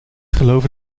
geloven